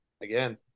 again